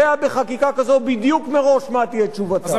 כשבחקיקה כזו אני יודע בדיוק מראש מה תהיה תשובתה.